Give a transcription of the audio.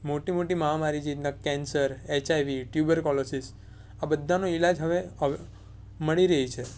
મોટી મોટી મહામારી જેવી રીતના કેન્સર એચઆઈવી ટ્યુબર કોલોસીસ આ બધાનો ઈલાજ હવે મળી રહે છે